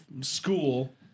school